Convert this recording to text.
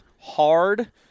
hard